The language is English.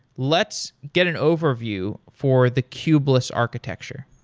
let's get an overview for the kubeless architecture.